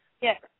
Yes